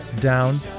down